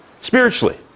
Spiritually